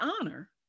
honor